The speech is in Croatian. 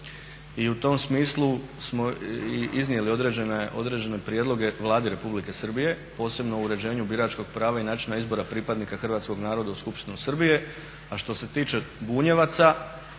i u tom smislu smo i iznijeli određene prijedloge Vladi Republike Srbije posebno o uređenju biračkog prava i načina izbora pripadnika hrvatskog naroda u skupštinu Srbije. A što se tiče Bunjevaca,